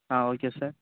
ah okay sir